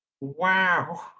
Wow